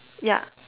ya